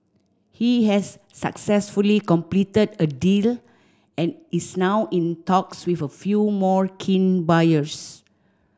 he has successfully completed a deal and is now in talks with a few more keen buyers